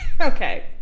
Okay